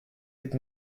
with